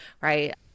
right